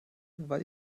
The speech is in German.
weil